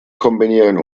kombinieren